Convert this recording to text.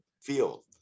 field